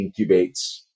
incubates